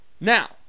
Now